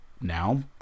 now